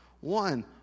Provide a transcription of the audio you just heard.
One